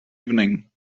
evening